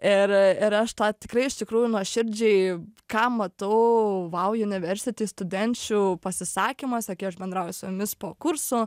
ir ir aš tą tikrai iš tikrųjų nuoširdžiai ką matau vau universiti studenčių pasisakymuose kai aš bendrauju su jomis po kurso